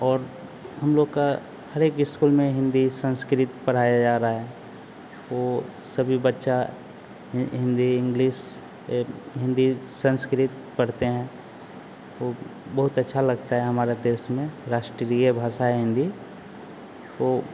और हम लोग का हरेक इस्कूल में हिन्दी संस्कृत पढ़ाया जा रहा है वो सभी बच्चा हि हिन्दी इंग्लिस हिन्दी संस्कृत पढ़ते हैं वो बहुत अच्छा लगता है हमारा देश में राष्ट्रीय भाषा है हिन्दी वो